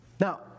Now